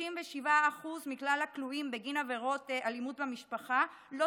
37% מכלל הכלואים בגין עבירות אלימות במשפחה לא